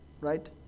right